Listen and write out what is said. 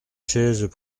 chaises